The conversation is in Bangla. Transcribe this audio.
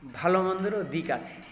ভাল মন্দেরও দিক আছে